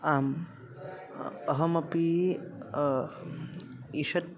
आम् अहमपि ईषत्